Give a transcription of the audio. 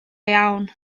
iawn